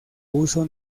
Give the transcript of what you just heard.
uso